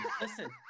listen